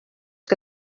que